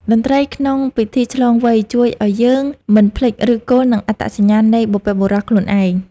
តន្ត្រីក្នុងពិធីឆ្លងវ័យ ជួយឱ្យយើងមិនភ្លេចឫសគល់ និងអត្តសញ្ញាណនៃបុព្វបុរសខ្លួនឯង។